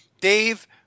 Dave